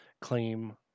claim